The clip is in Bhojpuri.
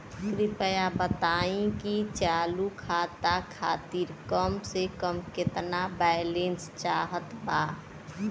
कृपया बताई कि चालू खाता खातिर कम से कम केतना बैलैंस चाहत बा